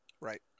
Right